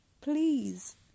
Please